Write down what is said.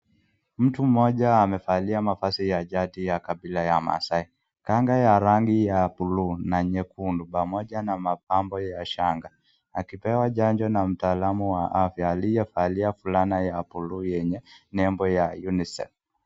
Mtu mmoja amevalia mavazi ya jadi ya kabila ya Maasai. Kanga ya rangi ya bluu na nyekundu pamoja na mapambo ya shanga akipewa chanjo na mtaalamu wa afya aliyevaa fulana ya bluu yenye nembo ya UNICEF.